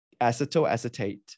acetoacetate